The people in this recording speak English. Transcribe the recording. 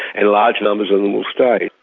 and large numbers of them will stay.